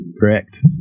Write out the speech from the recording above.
Correct